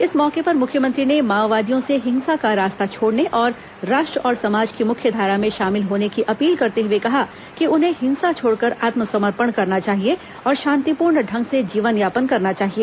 इस मौके पर मुख्यमंत्री ने माओवादियों से हिंसा का रास्ता छोड़ने और राष्ट्र और समाज की मुख्य धारा में शामिल होने की अपील करते हुए कहा कि उन्हें हिंसा छोड़कर आत्मसमर्पण करना चाहिए और शांतिपूर्ण ढंग से जीवन यापन करना चाहिए